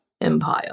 empire